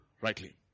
rightly